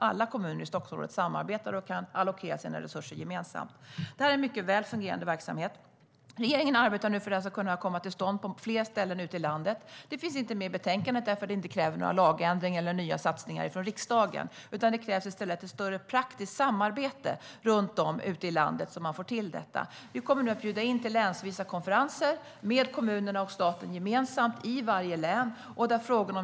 Alla kommuner i Stockholmsområdet samarbetar och kan allokera sina resurser gemensamt. Det är en mycket väl fungerande verksamhet. Regeringen arbetar nu för att det ska komma till stånd på fler ställen ute i landet. Det finns inte med i betänkandet eftersom det inte kräver några lagändringar eller nya satsningar från riksdagen. I stället krävs ett större praktiskt samarbete runt om i landet så att det kommer på plats. Vi kommer att bjuda in till länsvisa konferenser, där kommunerna och staten deltar gemensamt i varje län.